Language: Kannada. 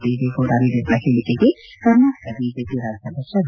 ದೇವೇಗೌಡ ನೀಡಿರುವ ಹೇಳಕೆಗೆ ಕರ್ನಾಟಕ ಬಿಜೆಪಿ ರಾಜ್ಯಾದ್ಯಕ್ಷ ಬಿ